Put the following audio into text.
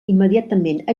immediatament